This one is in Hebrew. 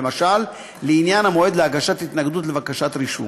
למשל לעניין המועד להגשת התנגדות לבקשת רישום.